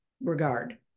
regard